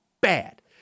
bad